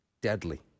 deadly